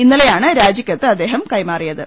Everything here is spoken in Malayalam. ഇന്നലെയാണ് രാജിക്കത്ത് അദ്ദേഹം കൈമാറിയത്